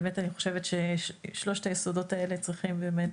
אני חושבת ששלושת היסודות האלה צריכים,